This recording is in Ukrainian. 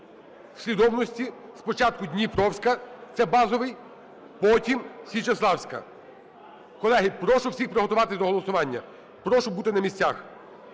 послідовності: спочатку Дніпровська (це базовий), потім – Січеславська. Колеги, прошу всіх приготуватись до голосування. Прошу бути на місцях.